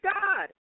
God